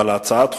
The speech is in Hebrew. אבל הצעת חוק,